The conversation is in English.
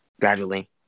gradually